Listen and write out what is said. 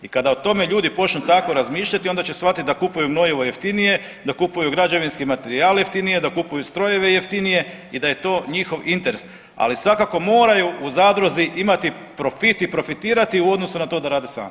I kada o tome ljudi počnu tako razmišljati onda će shvatiti da kupuju gnojivo jeftinije, da kupuju građevinski materijal jeftinije, da kupuju strojeve jeftinije i da je to njihov interes, ali svakako moraju u zadruzi imati profit i profitirati u odnosu na to da rade sami.